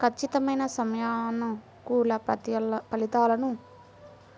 ఖచ్చితమైన సమయానుకూల ఫలితాలను సులువుగా సాధించడం కోసం ఎఫ్ఏఎస్బి అనేది అవసరం